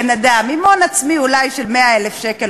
בן-אדם עם הון עצמי אולי של 100,000 שקל,